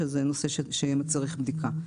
שזה נושא שמצריך בדיקה.